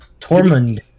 Tormund